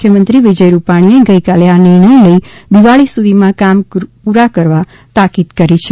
મુખ્યમંત્રી વિજય રૂપાણીએ ગઇકાલે આ નિર્ણય લઇ દિવાળી સુધીમાં કામ પુરા કરવા તાકીદ કરી છે